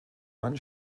man